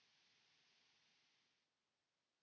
Kiitos.